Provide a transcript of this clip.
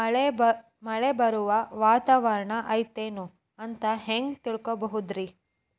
ಮಳೆ ಬರುವ ವಾತಾವರಣ ಐತೇನು ಅಂತ ಹೆಂಗ್ ತಿಳುಕೊಳ್ಳೋದು ರಿ?